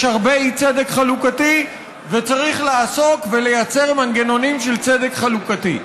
יש הרבה אי-צדק חלוקתי וצריך לעסוק ולייצר מנגנונים של צדק חלוקתי.